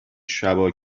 شبا